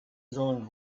sollen